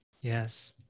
Yes